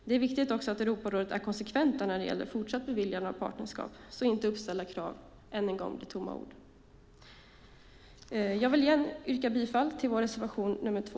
Det är viktigt att Europarådet också är konsekvent när det gäller ett fortsatt beviljande av partnerskap, så att inte uppställda krav än en gång blir tomma ord. Jag yrkar återigen bifall till vår reservation nr 2.